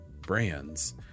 brands